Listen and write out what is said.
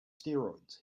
steroids